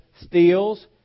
steals